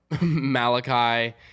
Malachi